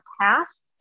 past